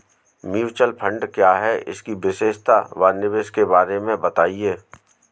Mutual fund क्या है इसकी विशेषता व निवेश के बारे में बताइये?